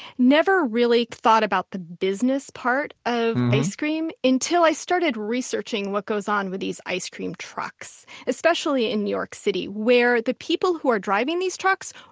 never really thought about the business part of ice cream until i started researching what goes on with these ice cream trucks, especially in new york city, where the people who are driving these trucks,